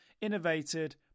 Innovated